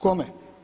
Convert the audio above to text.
Kome?